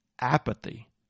apathy